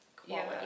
quality